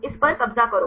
इस पर कब्जा करो